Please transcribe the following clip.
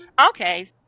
okay